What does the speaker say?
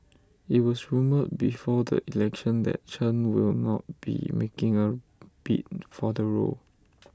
IT was rumoured before the election that Chen will not be making A bid for the role